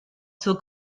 zur